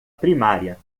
primária